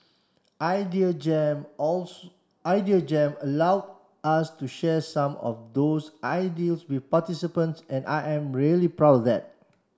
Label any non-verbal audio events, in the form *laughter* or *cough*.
Idea Jam *unintelligible* Idea Jam allowed us to share some of those ideals with participants and I am really proud of that